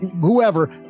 whoever